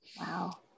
Wow